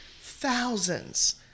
thousands